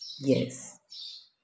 Yes